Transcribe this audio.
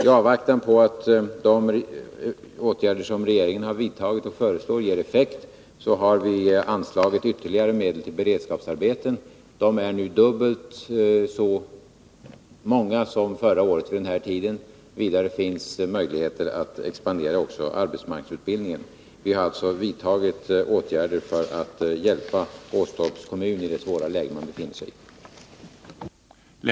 I avvaktan på att de åtgärder som har vidtagits och som föreslås av regeringen skall ge effekt har vi anslagit ytterligare medel till beredskapsarbeten. Det är nu dubbelt så mycket som vid motsvarande tid förra året. Vidare finns det möjligheter att expandera också när det gäller arbetsmarknadsutbildningen. Vi har alltså vidtagit åtgärder för att hjälpa Åstorps kommun i det svåra läge som man där befinner sig i.